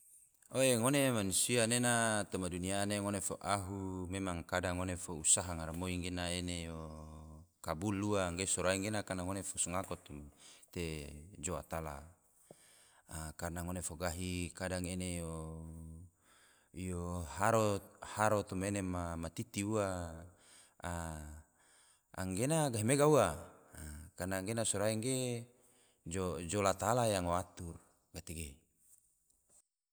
Oe ngone manusia nena toma dunia ne ngone fo ahu memang kadang ngone fo usaha garamoi gena ene kabul ua, ge sorai ge. sorai gena karna ngone fo songako te jou ta allah. a karna ngone fo gahi kadang ene yo haro toma ene ma titi ua, a anggena gahmega ua, karna gena sorai ge jou ta allah yang waro. a gatege